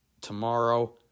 tomorrow